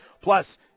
Plus